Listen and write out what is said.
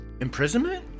imprisonment